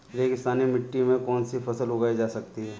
रेगिस्तानी मिट्टी में कौनसी फसलें उगाई जा सकती हैं?